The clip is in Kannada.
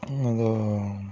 ಇದು